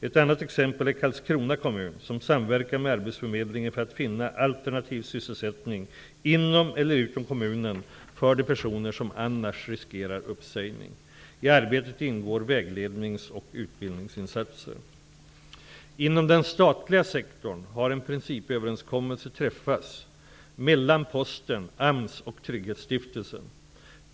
Ett annat exempel är Karlskrona kommun, som samverkar med arbetsförmedlingen för att finna alternativ sysselsättning inom eller utom kommunen för de personer som annars riskerar uppsägning. I arbetet ingår väglednings och utbildningsinsatser. Inom den statliga sektorn har en principöverenskommelse träffats mellan Posten, AMS och Trygghetsstiftelsen.